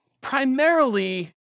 primarily